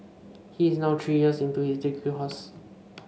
he is now three years into his degree course